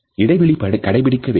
இடைவெளி கடைபிடிக்க வேண்டும்